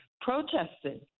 protesting